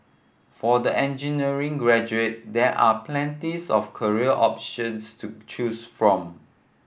for the engineering graduate there are plenties of career options to choose from